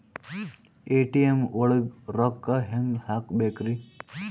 ATM ಒಳಗ್ ರೊಕ್ಕ ಹೆಂಗ್ ಹ್ಹಾಕ್ಬೇಕ್ರಿ?